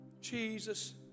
Jesus